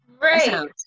Right